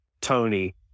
Tony